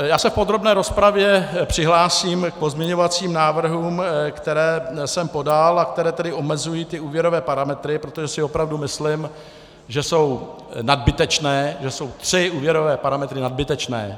Já se v podrobné rozpravě přihlásím k pozměňovacím návrhům, které jsem podal a které omezují ty úvěrové parametry, protože si opravdu myslím, že jsou nadbytečné, že jsou tři úvěrové parametry nadbytečné.